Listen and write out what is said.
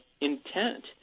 intent